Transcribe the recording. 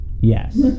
Yes